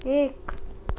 एक